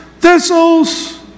thistles